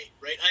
right